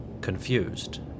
Confused